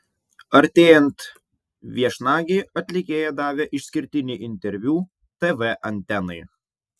artėjant viešnagei atlikėja davė išskirtinį interviu tv antenai